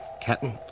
Captain